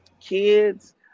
kids